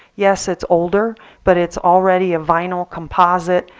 yes it's older but it's already a vinyl composite.